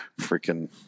freaking